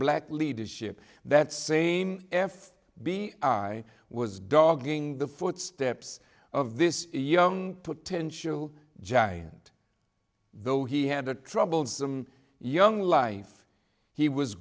black leadership that same f b i was dogging the footsteps of this young potential giant though he had a troublesome young life he was